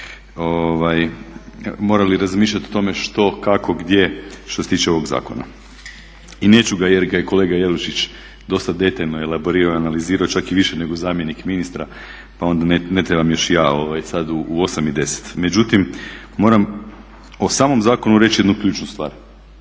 morali razmišljati o tome što, kako, gdje, što se tiče ovoga zakona. I neću ga, jer ga je kolega Jelušić dosta detaljno elaborirao i analizirao, čak i više nego zamjenik ministra pa onda ne trebam još ja sada u 8,10. Međutim, moram o samom zakonu reći jednu ključnu stvar